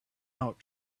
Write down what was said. out